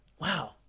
wow